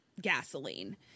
gasoline